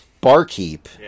barkeep